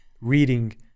reading